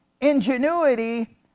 ingenuity